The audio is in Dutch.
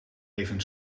even